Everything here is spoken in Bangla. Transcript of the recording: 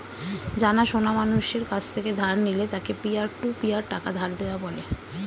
জানা সোনা মানুষের কাছ থেকে ধার নিলে তাকে পিয়ার টু পিয়ার টাকা ধার দেওয়া বলে